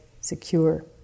secure